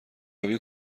آبی